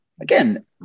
again